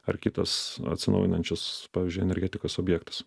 ar kitas atsinaujinančios pavyzdžiui energetikos objektas